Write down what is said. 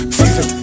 season